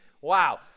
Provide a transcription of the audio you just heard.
wow